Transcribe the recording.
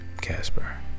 Casper